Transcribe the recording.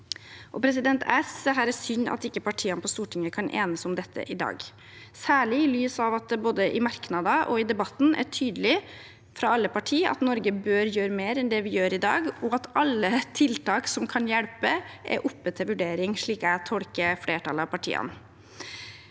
Jeg synes det er synd at ikke partiene på Stortinget kan enes om dette i dag, særlig i lys av at det både i merknader og i debatten er tydelig fra alle parti at Norge bør gjøre mer enn det vi gjør i dag, og at alle tiltak som kan hjelpe, er oppe til vurdering, slik jeg tolker flertallet av partiene.